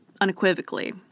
unequivocally